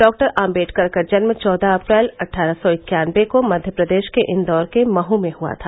doctor Ambedkar का जन्म चौदह अप्रैल अट्ठारह सौ इक्यानबे को मध्यप्रदेश के इंदौर के महू में हुआ था